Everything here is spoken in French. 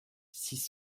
six